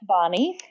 Bonnie